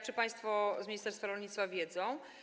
Czy państwo z ministerstwa rolnictwa to wiedzą?